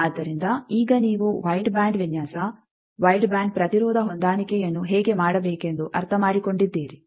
ಆದ್ದರಿಂದ ಈಗ ನೀವು ವೈಡ್ ಬ್ಯಾಂಡ್ ವಿನ್ಯಾಸ ವೈಡ್ ಬ್ಯಾಂಡ್ ಪ್ರತಿರೋಧ ಹೊಂದಾಣಿಕೆಯನ್ನು ಹೇಗೆ ಮಾಡಬೇಕೆಂದು ಅರ್ಥಮಾಡಿಕೊಂಡಿದ್ದೀರಿ